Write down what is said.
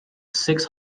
six